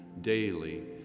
daily